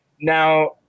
Now